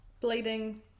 bleeding